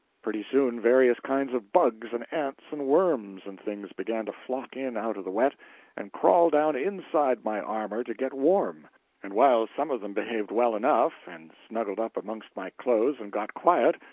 pretty soon, various kinds of bugs and ants and worms and things began to flock in out of the wet and crawl down inside my armor to get warm and while some of them behaved well enough, and snuggled up amongst my clothes and got quiet,